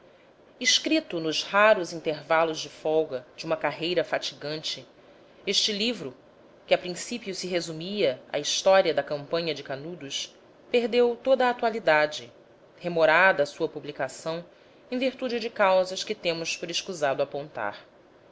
escrito nos raros intervalos de folga de uma carreira fatigante este livro que a princípio se resumia à história da campanha de canudos perdeu toda a atualidade remorada a sua publicação em virtude de causas que temos por escusado apontar